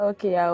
Okay